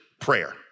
prayer